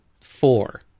four